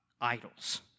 idols